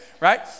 right